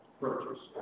purchase